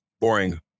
boring